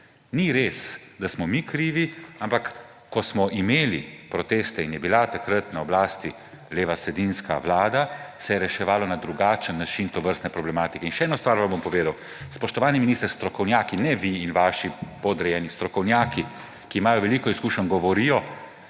Ni res, da smo mi krivi, ampak ko smo imeli proteste in je bila takrat na oblasti levosredinska vlada, se je reševalo na drugačen način tovrstne problematike. In še eno stvar vam bom povedal, spoštovani minister. Strokovnjaki, ne vi in vaši podrejeni, strokovnjaki, ki imajo veliko izkušenj, govorijo,